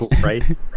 price